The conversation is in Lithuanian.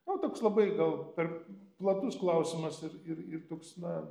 o toks labai gal per platus klausimas ir ir ir toks na